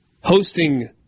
hosting